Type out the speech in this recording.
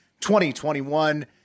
2021